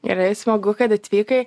gerai smagu kad atvykai